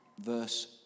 Verse